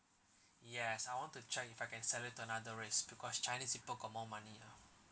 yes I want to check if I can sell it to another race because chinese people got more money ah